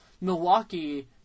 Milwaukee